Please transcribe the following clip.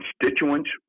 constituents